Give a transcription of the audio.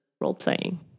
role-playing